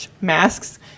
masks